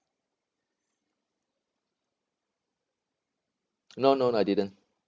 no no I didn't